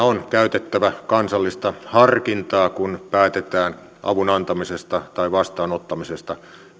on käytettävä kansallista harkintaa kun päätetään avun antamisesta tai vastaanottamisesta